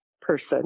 person